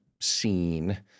scene